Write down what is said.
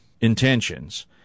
intentions